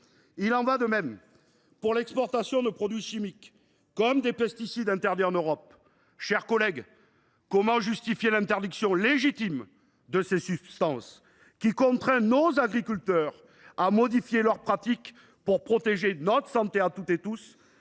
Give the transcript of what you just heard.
Il en va de même pour l’exportation de produits chimiques, notamment des pesticides interdits en Europe. Chers collègues, comment justifier l’interdiction, légitime, de ces substances, qui contraint nos agriculteurs à modifier leurs pratiques pour protéger notre santé à toutes et tous,